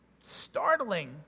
startling